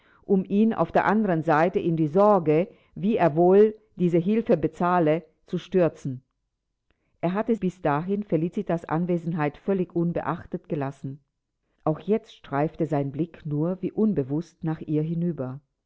um ihn auf der anderen seite in die sorge wie er wohl diese hilfe bezahle zu stürzen er hatte bis dahin felicitas anwesenheit völlig unbeachtet gelassen auch jetzt streifte sein blick nur wie unbewußt nach ihr hinüber